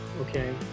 okay